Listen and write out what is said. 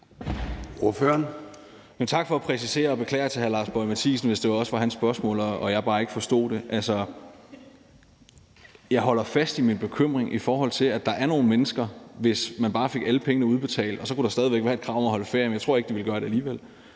Tak for at præcisere, og jeg beklager over for hr. Lars Boje Mathiesen, hvis det også var det, der var hans spørgsmål, og jeg bare ikke forstod det. Altså, jeg holder fast i min bekymring, i forhold til at der er nogle mennesker, som, hvis de bare fik alle pengene udbetalt, også selv om der var et krav om at holde ferie, ikke ville gøre det alligevel.